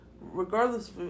Regardless